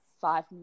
five